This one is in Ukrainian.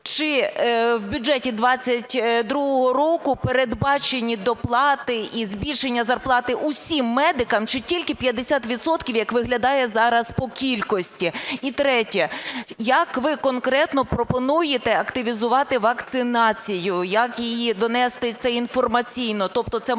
Чи в бюджеті 22-го року передбачені доплати і збільшення зарплати усім медикам, чи тільки 50 відсотків, як виглядає зараз по кількості? І третє. Як ви конкретно пропонуєте активізувати вакцинацію, як її донести? Це інформаційно. Тобто це має